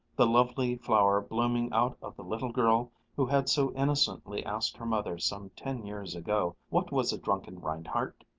the lovely flower blooming out of the little girl who had so innocently asked her mother some ten years ago what was a drunken reinhardt.